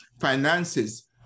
finances